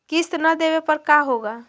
किस्त न देबे पर का होगा?